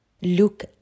Look